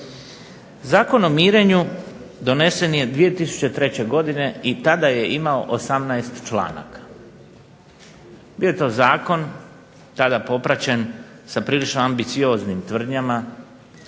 Zakon o mirenju donesen je 2003. godine i tada je imao 18. članaka. Bio je to zakon, tada popraćen sa prilično ambicioznim tvrdnjama,